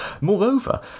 Moreover